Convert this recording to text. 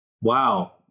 Wow